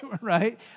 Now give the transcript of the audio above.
right